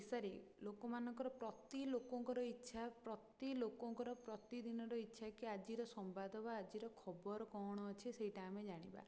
ଓଡିଶାରେ ଲୋକମାନଙ୍କର ପ୍ରତି ଲୋକଙ୍କର ଇଚ୍ଛା ପ୍ରତି ଲୋକଙ୍କର ପ୍ରତିଦିନର ଇଚ୍ଛା କି ଆଜିର ସମ୍ବାଦ ବା ଆଜିର ଖବର କ'ଣ ଅଛି ସେଇଟା ଆମେ ଜାଣିବା